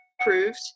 approved